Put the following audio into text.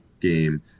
game